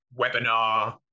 webinar